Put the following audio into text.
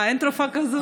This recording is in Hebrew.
אה, אין תרופה כזאת?